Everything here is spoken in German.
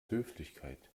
höflichkeit